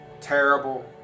terrible